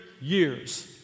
years